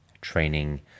training